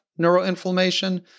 neuroinflammation